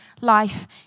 life